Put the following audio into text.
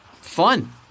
fun